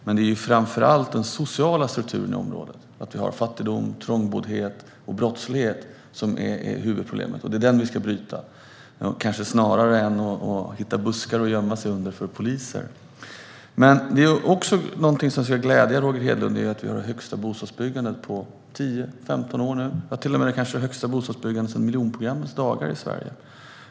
Men det är framför allt den sociala strukturen i området, med fattigdom, trångboddhet och brottslighet, som är huvudproblemet. Det är den vi ska bryta, kanske snarare än att hitta buskar att gömma sig under för poliser. Någonting som borde glädja Roger Hedlund är att vi nu har det största bostadsbyggandet på 10-15 år. Det är till och med kanske det största bostadsbyggandet sedan miljonprogrammets dagar i Sverige.